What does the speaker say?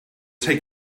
take